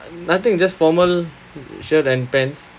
nothing just formal shirt and pants